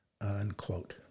unquote